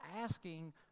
asking